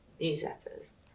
newsletters